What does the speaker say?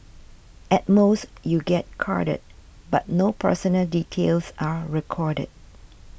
at most you get carded but no personal details are recorded